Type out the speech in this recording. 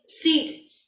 seat